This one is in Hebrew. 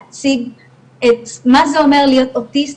להציג את מה זה אומר להיות אוטיסט,